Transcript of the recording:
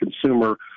consumer